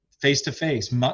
face-to-face